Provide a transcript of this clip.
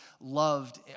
loved